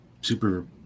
super